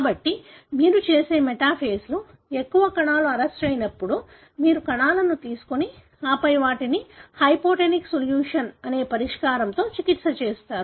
కాబట్టి మీరు చేసే మెటాఫేస్లో ఎక్కువ కణాలు అరెస్టయినప్పుడు మీరు కణాలను తీసుకొని ఆపై వాటిని హైపోటోనిక్ సొల్యూషన్ అనే పరిష్కారంతో చికిత్స చేస్తారు